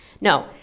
No